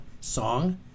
song